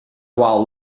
while